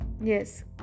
Yes